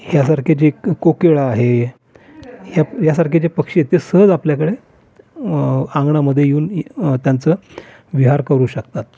ह्यासारखे जे क कोकिळा आहे ह्याप ह्यासारखे जे पक्षी आहेत ते सहज आपल्याकडे अंगणामध्ये येऊन त्यांचं विहार करू शकतात